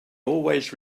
always